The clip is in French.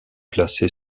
placée